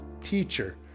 teacher